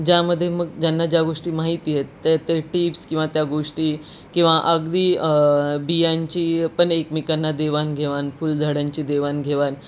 ज्यामध्ये मग ज्यांना ज्या गोष्टी माहिती आहेत त्या ते टिप्स किंवा त्या गोष्टी किंवा अगदी बियांची पण एकमेकांना देवाणघेवाण फुलझाडांची देवाणघेवाण